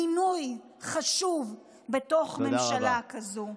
מינוי חשוב בתוך ממשלה כזאת.